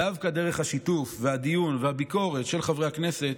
דווקא דרך השיתוף, הדיון והביקורת של חברי הכנסת